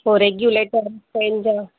पोइ regulator fan जा